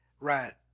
right